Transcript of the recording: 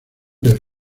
del